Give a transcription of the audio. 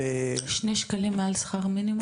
שני שקלים מעל שכר המינימום?